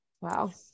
wow